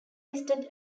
listed